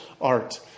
art